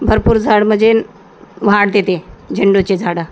भरपूर झाड म्हणजे वाढ देते झेंडूचे झाडं